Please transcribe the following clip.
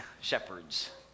shepherds